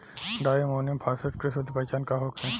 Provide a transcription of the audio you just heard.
Di ammonium phosphate के शुद्ध पहचान का होखे?